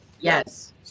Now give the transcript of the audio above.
Yes